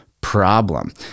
problem